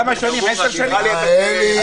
מלכיאלי,